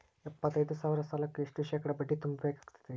ಎಪ್ಪತ್ತೈದು ಸಾವಿರ ಸಾಲಕ್ಕ ಎಷ್ಟ ಶೇಕಡಾ ಬಡ್ಡಿ ತುಂಬ ಬೇಕಾಕ್ತೈತ್ರಿ?